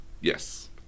Yes